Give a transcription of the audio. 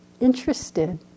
interested